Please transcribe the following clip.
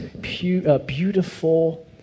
beautiful